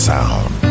Sound